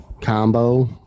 combo